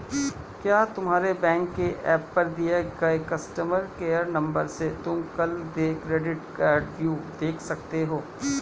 क्या तुम्हारे बैंक के एप पर दिए गए कस्टमर केयर नंबर से तुम कुल देय क्रेडिट कार्डव्यू देख सकते हो?